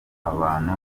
abantu